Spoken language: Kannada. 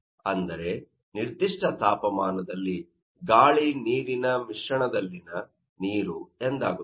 ಅಂದರೆನಿರ್ದಿಷ್ಟ ತಾಪಮಾನದಲ್ಲಿ ಗಾಳಿ ನೀರಿನ ಮಿಶ್ರಣದಲ್ಲಿನ ನೀರು ಎಂದಾಗುತ್ತದೆ